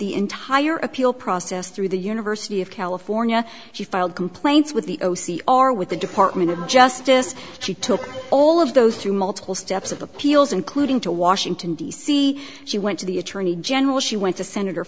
the entire appeal process through the university of california she filed complaints with the o c our with the department of justice she took all of those through multiple steps of appeals including to washington d c she went to the attorney general she went to senator